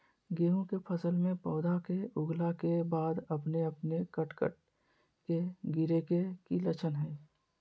गेहूं के फसल में पौधा के उगला के बाद अपने अपने कट कट के गिरे के की लक्षण हय?